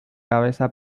cabeza